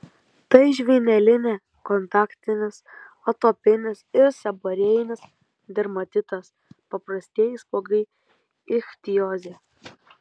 tai žvynelinė kontaktinis atopinis ir seborėjinis dermatitas paprastieji spuogai ichtiozė